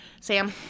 Sam